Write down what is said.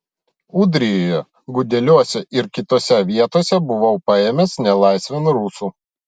ūdrijoje gudeliuose ir kitose vietose buvau paėmęs nelaisvėn rusų